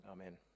Amen